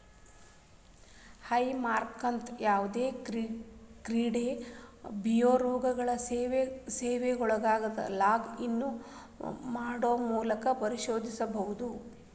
high ಮಾರ್ಕ್ನಂತ ಯಾವದೇ credit ಬ್ಯೂರೋಗಳ ಸೇವೆಯೊಳಗ ಲಾಗ್ ಇನ್ ಮಾಡೊ ಮೂಲಕ ಪರಿಶೇಲಿಸಬೋದ